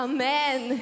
Amen